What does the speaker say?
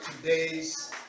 today's